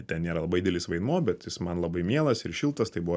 ten nėra labai didelis vaidmuo bet jis man labai mielas ir šiltas tai buvo